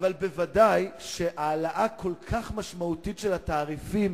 אבל בוודאי שהעלאה כל כך משמעותית של התעריפים,